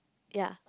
ya